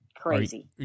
crazy